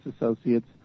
associates